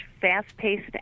fast-paced